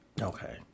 Okay